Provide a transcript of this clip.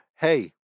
Hey